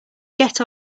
get